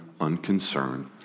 unconcerned